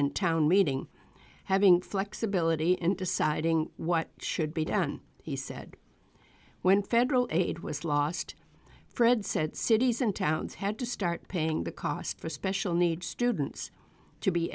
in town meeting having flexibility and deciding what should be done he said when federal aid was lost fred said cities and towns had to start paying the cost for special needs students to be